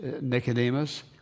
Nicodemus